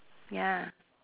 ya